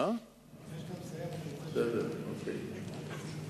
לפני שאתה מסיים אני רוצה לשאול שאלה.